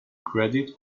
credit